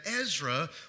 Ezra